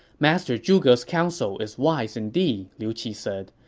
master zhuge's counsel is wise indeed, liu qi said.